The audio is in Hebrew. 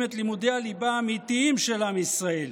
את לימודי הליבה האמיתיים של עם ישראל,